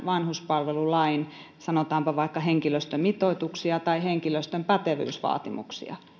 vanhuspalvelulain sanotaanpa vaikka henkilöstömitoituksia tai henkilöstön pätevyysvaatimuksia